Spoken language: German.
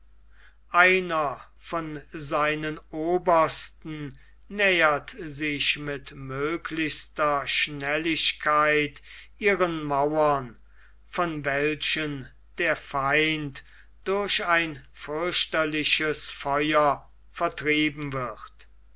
einer von seinen obersten nähert sich mit möglichster schnelligkeit ihren mauern von welchen der feind durch ein fürchterliches feuer vertrieben wird